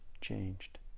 changed